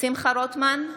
שמחה רוטמן,